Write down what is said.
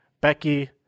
Becky